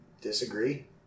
Disagree